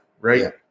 right